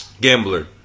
Gambler